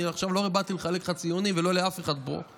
אני עכשיו לא באתי לחלק לך ציונים ולא לאף אחד פה,